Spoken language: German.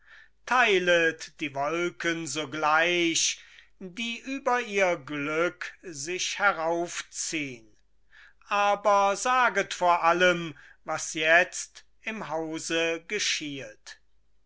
teilet die wolken sogleich die über ihr glück sich heraufziehn aber saget vor allem was jetzt im hause geschiehet